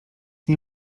nie